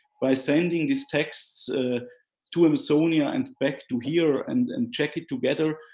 by sending these texts to amazonia and back to here and and check it together,